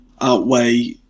outweigh